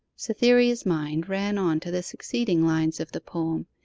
cytherea's mind ran on to the succeeding lines of the poem,